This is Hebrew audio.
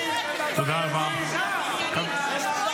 הם עבריינים ------ הם עבריינים